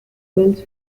bulls